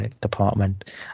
department